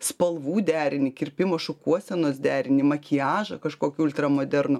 spalvų derinį kirpimo šukuosenos derinį makiažą kažkokį ultramodernų